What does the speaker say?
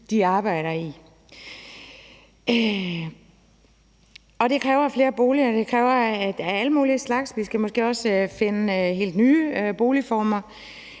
de arbejder i. Og det kræver flere boliger af alle mulige slags, og vi skal måske også finde helt nye boligformer,